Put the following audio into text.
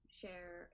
share